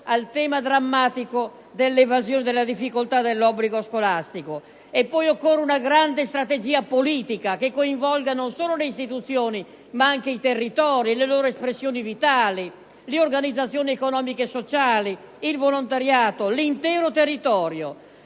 al tema drammatico dell'evasione dall'obbligo scolastico. Occorre poi una grande strategia politica, che coinvolga non solo le istituzioni ma anche i territori, le loro espressioni vitali, le organizzazioni economiche e sociali, il volontariato e l'intero Paese.